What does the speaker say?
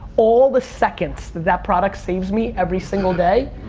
all the seconds that that product saves me every single day